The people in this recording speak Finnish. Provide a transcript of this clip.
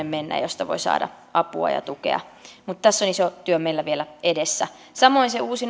mennä josta voi saada apua ja tukea mutta tässä meillä on iso työ vielä edessä samoin uusi